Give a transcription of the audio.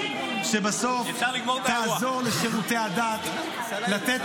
שבסוף תעזור לשירותי הדת לתת